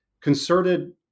concerted